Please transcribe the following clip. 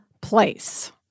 place